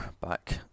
back